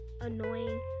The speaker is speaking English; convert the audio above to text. annoying